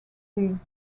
these